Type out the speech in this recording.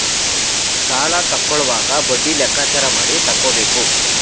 ಸಾಲ ತಕ್ಕೊಳ್ಳೋವಾಗ ಬಡ್ಡಿ ಲೆಕ್ಕಾಚಾರ ಮಾಡಿ ತಕ್ಕೊಬೇಕು